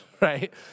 right